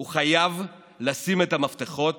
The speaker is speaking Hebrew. הוא חייב לשים את המפתחות